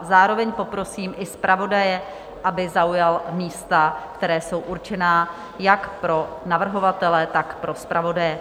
Zároveň poprosím i zpravodaje, aby zaujal místa, která jsou určena jak pro navrhovatele, tak pro zpravodaje.